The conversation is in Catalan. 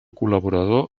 col·laborador